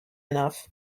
enough